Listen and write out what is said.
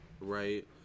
Right